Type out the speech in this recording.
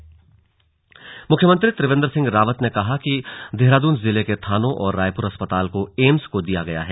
slug सेनानी सम्मान मुख्यमंत्री त्रिवेन्द्र सिंह रावत ने कहा कि देहरादून जिले के थानों और रायपुर अस्पताल को एम्स को दिया गया है